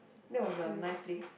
that was a nice place